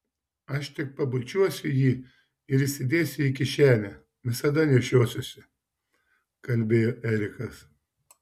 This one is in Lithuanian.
aš tik pabučiuosiu jį ir įsidėsiu į kišenę visada nešiosiuosi kalbėjo erikas